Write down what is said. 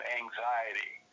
anxiety